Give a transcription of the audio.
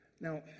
Now